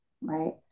right